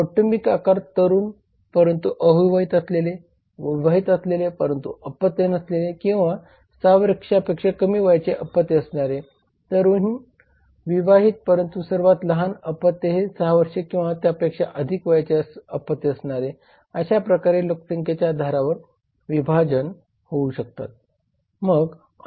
कौटुंबिक आकार तरुण परंतु अविवाहित असलेले विवाहित असलेले परंतु अपत्य नसलेले किंवा 6 वर्षांपेक्षा कमी वयाचे अपत्य असणारे तरुण विवाहित परंतु सर्वात लहान अपत्य हे 6 वर्ष किंवा त्यापेक्षा अधिक वयाचे अपत्य असणारे अशा प्रकारे लोकसंख्येच्या आधारावर विभाजन होऊ शकतात